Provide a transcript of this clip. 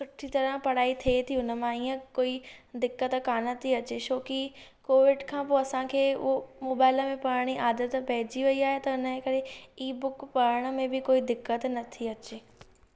सुठी तरह पढ़ाई थिए थी हुन मां ईअं कोई दिक्कत कान थी अचे छो कि कोविड खां पोइ असांखे उहो मोबाइल में पढ़णु जी आदति पेइजी वेई आहे त उन्हीअ करे ई बुक पढ़णु में बि कोई दिक्कत न थी अचे